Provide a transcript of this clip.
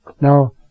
Now